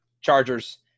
Chargers